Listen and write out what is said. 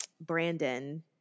Brandon